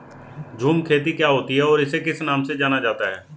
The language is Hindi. झूम खेती क्या होती है इसे और किस नाम से जाना जाता है?